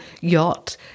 yacht